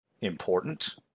important